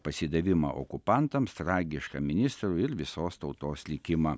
pasidavimo okupantams tragišką ministro ir visos tautos likimą